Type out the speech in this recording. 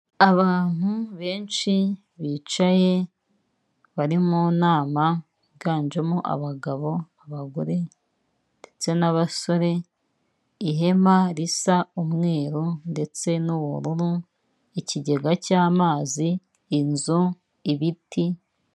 Abantu benshi bicaye bari mu nama higanjemo abagabo, abagore ndetse n'abasore, ihema risa umweru ndetse n'ubururu, ikigega cy'amazi inzu ibiti.